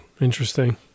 Interesting